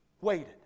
waited